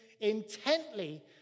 intently